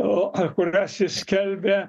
o kurias jis skelbė skelbė